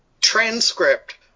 transcript